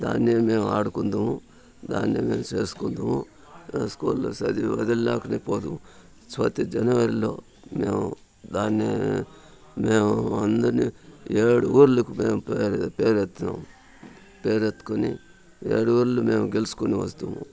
దాన్ని మేము ఆడుకుంటాము దాన్ని మేము చేసుకుంటాము స్కూల్లో చదివి వదిలినంక అక్కడికి పోతాము సో అయితే జనవరిలో మేము దాన్ని మేము అందర్నీ ఏడుగురు లు పే పేరు ఎత్తాం పేరు ఎత్తుకొని ఏడుగురం మేము గెల్చుకోని వస్తాము